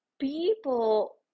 people